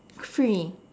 free